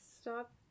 Stop